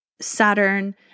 Saturn